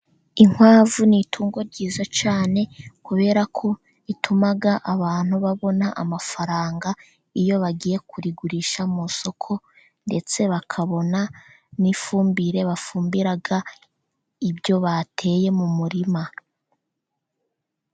Inkwavu ni itungo ryiza cyane, kubera ko rituma abantu babona amafaranga iyo bagiye kurigurisha mu isoko, ndetse bakabona n'ifumbire bafumbira ibyo bateye mu murima.